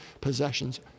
possessions